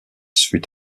fut